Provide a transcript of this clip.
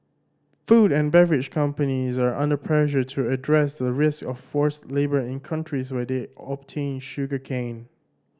food and beverage companies are under pressure to address the risk of forced labour in countries where they obtain sugarcane